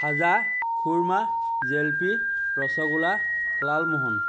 খাজা khurma jalebi rasgulla Lalmohan